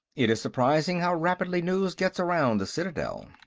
it is surprising how rapidly news gets around the citadel.